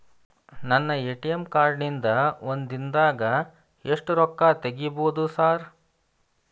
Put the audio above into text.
ನನ್ನ ATM card ನಿಂದಾ ಒಂದ್ ದಿಂದಾಗ ಎಷ್ಟ ರೊಕ್ಕಾ ತೆಗಿಬೋದು ಸಾರ್?